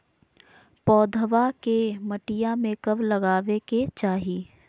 पौधवा के मटिया में कब लगाबे के चाही?